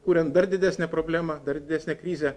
kuriant dar didesnę problemą dar didesnę krizę